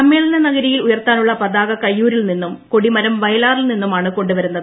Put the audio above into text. സമ്മേളന നഗരിയിൽ ഉയർത്താനുളള പതാക കയ്യൂരിൽ നിന്നും കൊടിമരം വയലാറിൽ നിന്നുമാണ് കൊണ്ടുവരുന്നത്